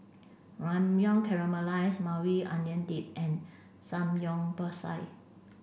Ramyeon Caramelized Maui Onion Dip and Samgeyopsal